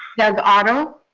doug otto.